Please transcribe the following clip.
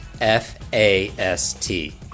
F-A-S-T